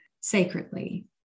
sacredly